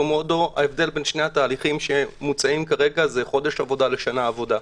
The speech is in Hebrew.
ההבדל בין שני התהליכים שמוצעים חודש עבודה לשנה עבודה.